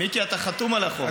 מיקי, אתה חתום על החוק.